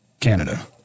Canada